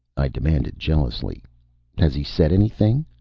i demanded jealously has he said anything?